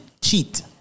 cheat